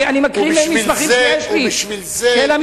אני קורא ממסמכים שיש לי, של המשטרה.